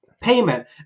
payment